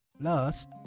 plus